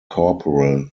corporal